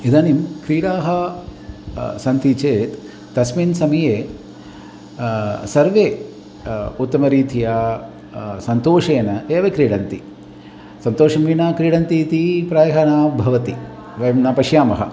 इदानीं क्रीडाः सन्ति चेत् तस्मिन् समये सर्वे उत्तमरीत्या सन्तोषेण एव क्रीडन्ति सन्तोषं विना क्रीडन्ति इति प्रायः न भवति वयं न पश्यामः